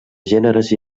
gèneres